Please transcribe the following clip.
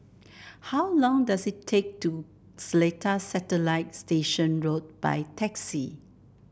how long does it take to Seletar Satellite Station Road by taxi